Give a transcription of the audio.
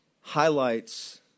highlights